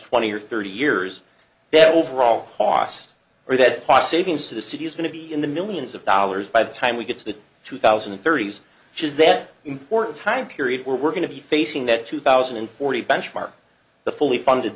twenty or thirty years that overall cost or that pos avians to the city is going to be in the millions of dollars by the time we get to the two thousand and thirty s which is that important time period we're going to be facing that two thousand and forty benchmark the fully funded